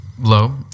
low